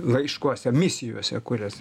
laiškuose misijose kurias